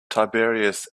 tiberius